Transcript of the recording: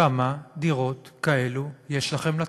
כמה דירת כאלה יש לכם לתת?